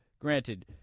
Granted